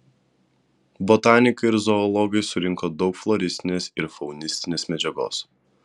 botanikai ir zoologai surinko daug floristinės ir faunistinės medžiagos